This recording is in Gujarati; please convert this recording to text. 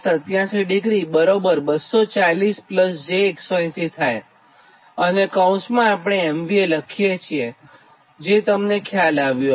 87 બરાબર 240 j180 થાય અને કૌંસ માં આપણે MVA લખીએ છીએજે તમને ખ્યાલ આવ્યું હશે